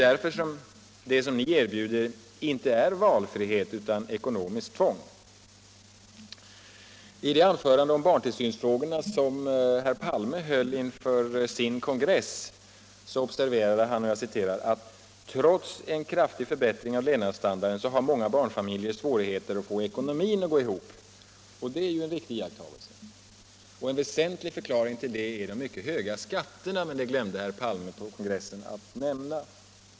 Det ni erbjuder är inte valfrihet utan ekonomiskt tvång. I det anförande om barntillsynsfrågorna som herr Palme höll inför sin kongress observerade han följande: ”Trots en kraftig förbättring av levnadsstandarden har många barnfamiljer svårigheter att få ekonomin att gå ihop.” Det är en riktig iakttagelse. En väsentlig förklaring till det är de mycket höga skatterna. Men det glömde herr Palme att nämna på kongressen.